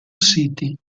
city